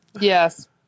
Yes